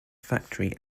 factory